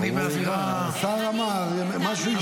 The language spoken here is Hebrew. השר אמר משהו אישי.